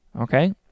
okay